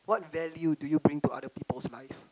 what value do you bring to other people's life